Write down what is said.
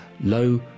Low